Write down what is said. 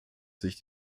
sich